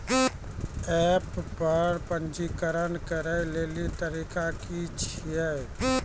App पर पंजीकरण करै लेली तरीका की छियै?